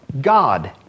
God